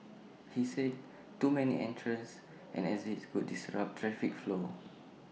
he said too many entrances and exits could disrupt traffic flow